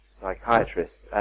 psychiatrist